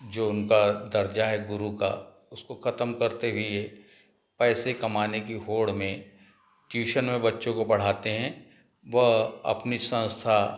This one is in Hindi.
जो उनका दर्जा है गुरु का उसको खतम करते हुए पैसे कमाने की होड़ में ट्यूशन में बच्चों को पढ़ाते हैं वह अपनी संस्था